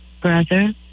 brother